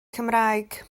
cymraeg